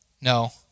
No